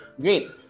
Great